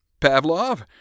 Pavlov